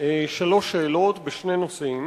כמה שאלות בכמה נושאים.